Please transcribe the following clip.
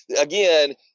again